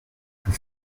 the